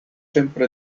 sempre